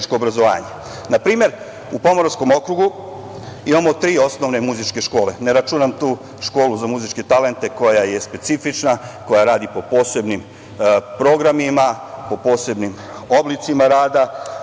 primer, u Pomoravskom okrugu, imamo tri osnovne muzičke škole, a tu ne računam školu za muzičke talente koja je specifična, koja radi po posebnim programima, po posebnim oblicima rada,